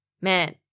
man